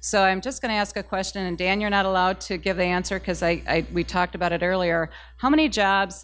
so i'm just going to ask a question and dan you're not allowed to give the answer because i talked about it earlier how many jobs